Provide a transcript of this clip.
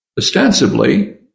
ostensibly